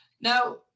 Now